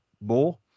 more